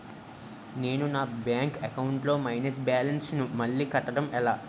నేను నా bank account లొ మైనస్ బాలన్స్ ను మళ్ళీ కట్టడం ఎలా?